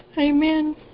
Amen